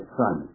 son